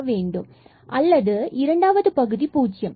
எனவே இங்கு x என்பது பூஜ்ஜியம் அல்லது இரண்டாவது பகுதி y பூஜ்ஜியம்